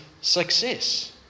success